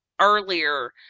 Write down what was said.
earlier